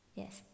yes